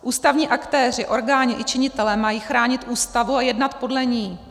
Ústavní aktéři, orgány i činitelé mají chránit Ústavu a jednat podle ní.